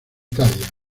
italia